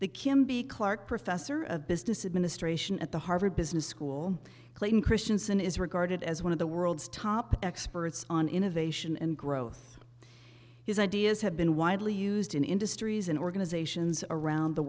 kim b clark professor of business administration at the harvard business school clayton christiansen is regarded as one of the world's top experts on innovation and growth his ideas have been widely used in industries and organizations around the